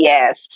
Yes